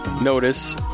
notice